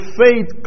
faith